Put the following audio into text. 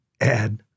add